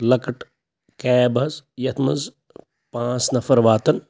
لَکٕٹ کیب حظ یَتھ منٛز پانٛژھ نفر واتَن